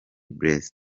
blessed